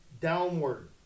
downward